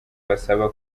basaba